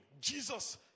Jesus